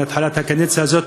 מהתחלת הקדנציה הזאת,